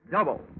Double